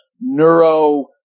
neuro